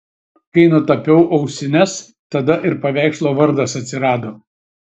kai nutapiau ausines tada ir paveikslo vardas atsirado